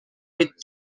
mid